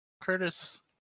curtis